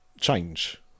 change